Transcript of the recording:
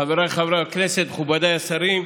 חבריי חברי הכנסת, מכובדיי השרים,